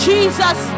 Jesus